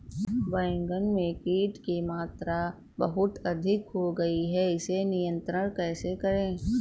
बैगन में कीट की मात्रा बहुत अधिक हो गई है इसे नियंत्रण कैसे करें?